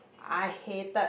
I hated